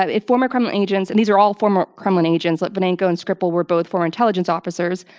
ah if former kremlin agents, and these are all former kremlin agents, litvinenko and skripal were both for intelligence officers,